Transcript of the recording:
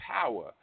power